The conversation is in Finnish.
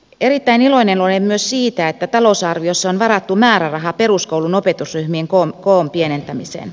erittäin iloinen olen myös siitä että talousarviossa on varattu määräraha peruskoulun opetusryhmien koon pienentämiseen